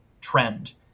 trend